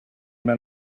maen